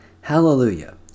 Hallelujah